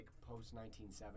post-1970